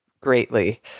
greatly